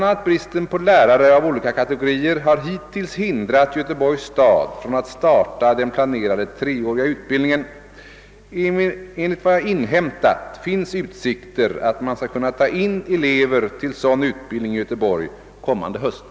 a. bristen på lärare av olika kategorier har hittills hindrat Göteborgs stad från att starta den planerade treåriga utbildningen. Enligt vad jag inhämtat finns utsikter att man skall kunna ta in elever till sådan utbildning i Göteborg kommande höst.